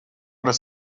does